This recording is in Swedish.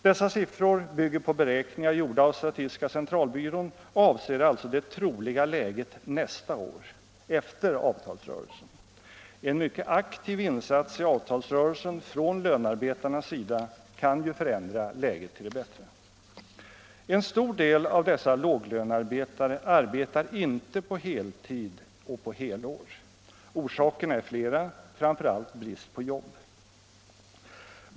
Dessa siffror bygger på beräkningar gjorda av statistiska centralbyrån och avser alltså det troliga läget nästa år, alltså efter avtalsrörelsen. En mycket aktiv insats i avtalsrörelsen från lönarbetarnas sida kan ju förändra läget till det bättre. En stor del av dessa låglönearbetare arbetar inte på heltid och på helår. Orsakerna är flera, framför allt brist på jobb.